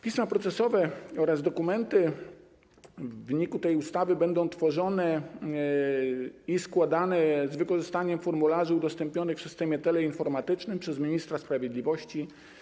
Pisma procesowe oraz dokumenty w wyniku tej ustawy będą tworzone i składane z wykorzystaniem formularzy udostępnionych w systemie teleinformatycznym przez ministra sprawiedliwości.